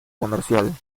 comercial